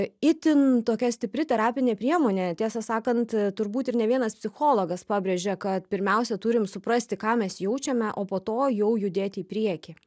itin tokia stipri terapinė priemonė tiesą sakant turbūt ir ne vienas psichologas pabrėžia kad pirmiausia turim suprasti ką mes jaučiame o po to jau judėti į priekį